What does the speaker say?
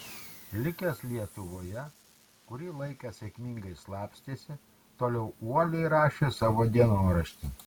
likęs lietuvoje kurį laiką sėkmingai slapstėsi toliau uoliai rašė savo dienoraštį